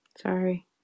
sorry